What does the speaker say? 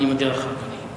אני מודה לך, אדוני.